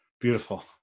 Beautiful